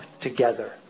together